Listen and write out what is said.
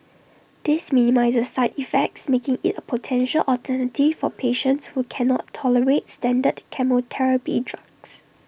this minimises side effects making IT A potential alternative for patients who can not tolerate standard chemotherapy drugs